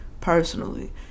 personally